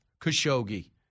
Khashoggi